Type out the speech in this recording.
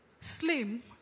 slim